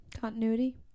Continuity